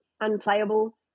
unplayable